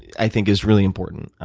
i think, is really important,